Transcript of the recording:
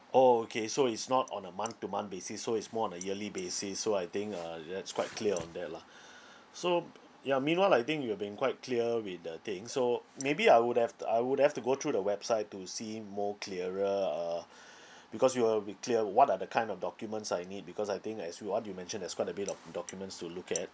orh okay so it's not on a month to month basis so it's more on a yearly basis so I think uh that's quite clear on that lah so p~ ya meanwhile I think you have been quite clear with the things so maybe I would have to I would have to go through the website to see more clearer uh because we will be clear what are the kind of documents I need because I think as you what you mentioned there's quite a bit of documents to look at